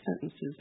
sentences